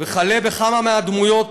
וכלה בכמה מהדמויות